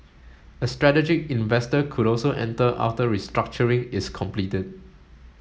a strategic investor could also enter after restructuring is completed